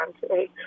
today